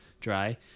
dry